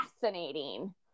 fascinating